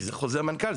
זה חוזר מנכ"ל,